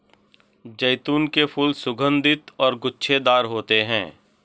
जैतून के फूल सुगन्धित और गुच्छेदार होते हैं